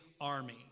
army